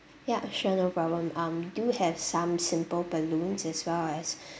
ya sure no problem um we do have some simple balloons as well as